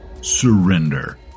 surrender